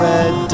Red